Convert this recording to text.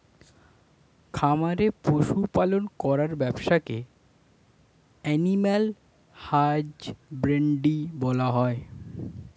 খামারে পশু পালন করার ব্যবসাকে অ্যানিমাল হাজবেন্ড্রী বলা হয়